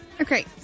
okay